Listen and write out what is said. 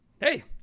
Hey